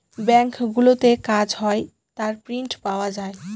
ব্যাঙ্কগুলোতে কাজ হয় তার প্রিন্ট পাওয়া যায়